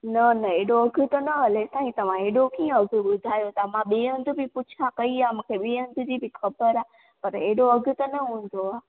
न न हेॾो अघु त न हले साईं तवां हेॾो कीअं अघु ॿुधायो था मां ॿे हंधु बि पुछिया कई आहे मूंखे ॿिए हंधु जी बि ख़बर आहे पर हेॾो अघु त न हूंदो आहे